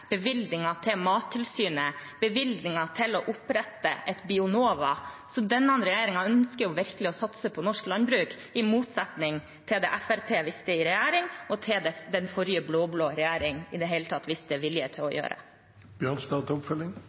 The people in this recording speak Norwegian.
bevilgninger til investeringsstøtte, bevilgninger til Mattilsynet og bevilgninger til å opprette Bionova. Denne regjeringen ønsker virkelig å satse på norsk landbruk, i motsetning til det Fremskrittspartiet viste vilje til i regjering, og i motsetning til det den blå-blå regjeringen i det hele tatt viste vilje til å